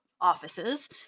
offices